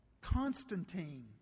Constantine